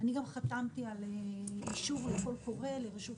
אני גם חתמתי על אישור לקול קורא לגבי רובע